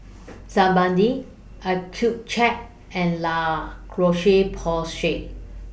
Sebamed Accucheck and La Roche Porsay